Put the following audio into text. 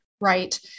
right